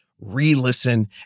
re-listen